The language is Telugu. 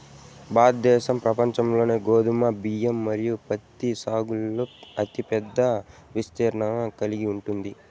భారతదేశం ప్రపంచంలోనే గోధుమ, బియ్యం మరియు పత్తి సాగులో అతిపెద్ద విస్తీర్ణం కలిగి ఉంది